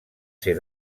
ser